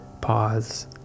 pause